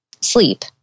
Sleep